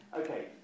Okay